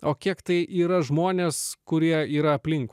o kiek tai yra žmonės kurie yra aplink